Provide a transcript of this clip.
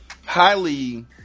highly